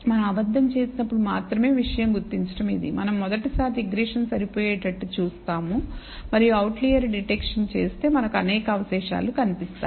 మనం అబద్ధం చేసినప్పుడు మాత్రమే విషయం గుర్తించడం ఇది మనం మొదటిసారి రిగ్రెషన్ సరిపోయేటట్లు చేస్తాము మరియు ఔట్లియర్ డిటెక్షన్ చేస్తే మనకు అనేక అవశేషాలు కనిపిస్తాయి